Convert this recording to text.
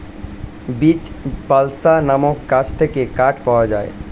beech, balsa নামক গাছ থেকে কাঠ পাওয়া যায়